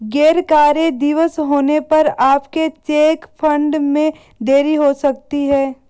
गैर कार्य दिवस होने पर आपके चेक फंड में देरी हो सकती है